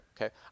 Okay